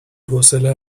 حوصله